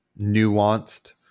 nuanced